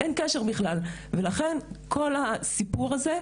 אין קשר בכלל ולכן כל הסיפור הזה,